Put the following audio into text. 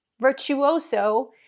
virtuoso